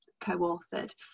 co-authored